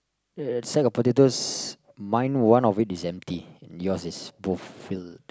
uh sack of potatoes mine one of it is empty yours is both filled